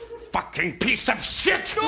fucking piece of shit! so